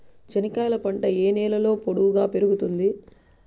చెనక్కాయలు పంట ఏ నేలలో పొడువుగా పెరుగుతుంది?